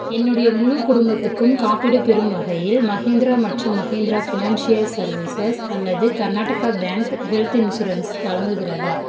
என்னுடைய முழு குடும்பத்துக்கும் காப்பீடு பெறும் வகையில் மஹேந்திரா மற்றும் மஹேந்திரா ஃபினான்ஷியல் சர்வீசஸ் அல்லது கர்நாடகா பேங்க் ஹெல்த் இன்ஷுரன்ஸ் வழங்குகிறதா